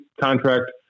contract